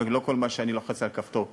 ולא כל מה שאני לוחץ בשבילו על כפתור קורה,